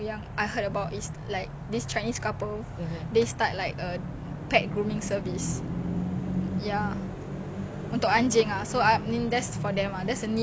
kan kan aku rasa dia orang dengar macam bosan though